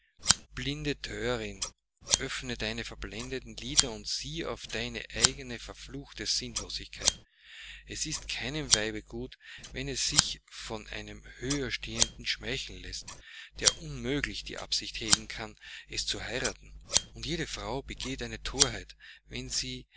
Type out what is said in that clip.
blinde thörin öffne deine verblendeten lider und sieh auf deine eigene verfluchte sinnlosigkeit es ist keinem weibe gut wenn es sich von einem höherstehenden schmeicheln läßt der unmöglich die absicht hegen kann es zu heiraten und jede frau begeht eine thorheit wenn sie